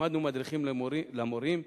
הצמדנו מדריכים למורים,